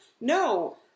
No